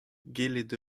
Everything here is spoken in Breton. gallout